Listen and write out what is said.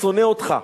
שונא אותך,